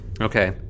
Okay